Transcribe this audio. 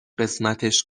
قسمتش